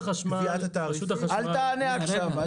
קביעת התעריפים --- אל תענה עכשיו,